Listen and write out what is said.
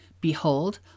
Behold